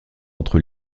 entre